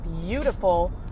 beautiful